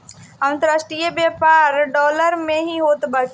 अन्तरराष्ट्रीय व्यापार डॉलर में ही होत बाटे